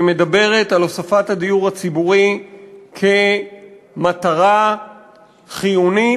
שמדברת על הוספת הדיור הציבורי כמטרה חיונית,